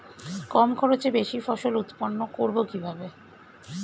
কম খরচে বেশি ফসল উৎপন্ন করব কিভাবে?